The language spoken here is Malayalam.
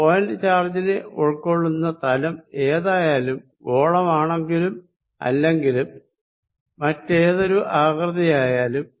പോയിന്റ് ചാർജിനെ ഉൾക്കൊള്ളുന്ന തലം ഏതായാലും ഗോളമാണെങ്കിലും അല്ലെങ്കിലും മറ്റേതൊരു ആകൃതിയായാലും